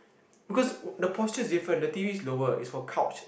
because the posture is different the T_V is lower is for couch